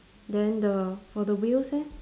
then the for the wheels eh